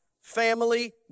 family